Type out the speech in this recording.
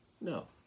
No